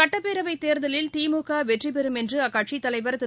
சட்டப்பேரவை தேர்தலில் திமுக வெற்றிபெறும் என்று அக்கட்சித் தலைவர் திரு